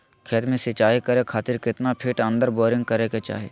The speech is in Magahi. खेत में सिंचाई करे खातिर कितना फिट अंदर बोरिंग करे के चाही?